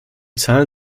zahlen